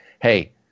hey